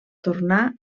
tornar